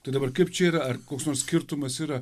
tai dabar kaip čia ir ar koks skirtumas yra